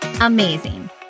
amazing